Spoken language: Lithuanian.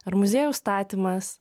ar muziejaus statymas